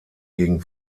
gegen